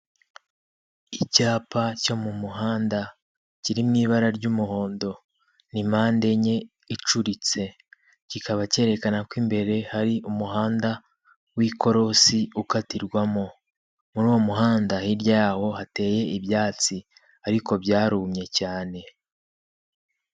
Icyapa cyo mu muhanda kiri mu ibara ry'umuhondo ni mpande enye icuritse; kikaba cyerekana ko imbere hari umuhanda w'ikorosi ukatirwamo; muri uwo muhanda hirya yaho hateye ibyatsi ariko byarumye cyane.